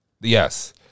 Yes